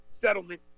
Settlement